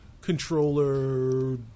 controller